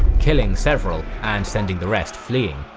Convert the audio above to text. killing several and sending the rest fleeing.